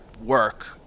work